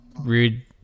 rude